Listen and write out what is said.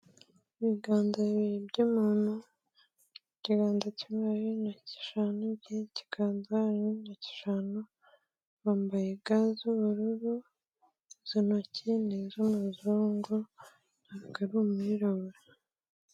Ibiganza bibiri by'umuntu, ikiganza kimwe hariho intoki eshanu, ikindi kiganza hariho intoki eshanu, yambaye ga z'ubururu, izo ntoki ni iz'umuzungu ntago ari umwirabura.